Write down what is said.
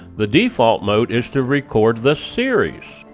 the default mode is to record the series.